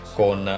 con